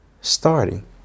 starting